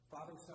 Father